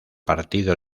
partido